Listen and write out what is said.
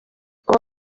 uwo